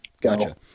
Gotcha